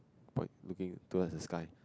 boy looking towards the sky